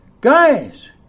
guys